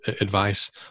advice